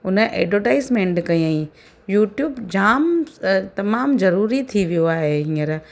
उन एडवर्टाइज़मैंट कयाईं यूट्यूब जाम तमामु ज़रूरी थी वियो आहे हींअर